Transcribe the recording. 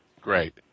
Great